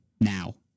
Now